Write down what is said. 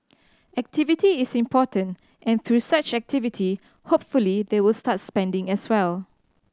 activity is important and through such activity hopefully they will start spending as well